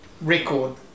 record